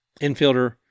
infielder